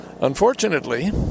Unfortunately